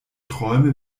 träume